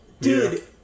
Dude